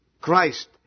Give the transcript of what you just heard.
Christ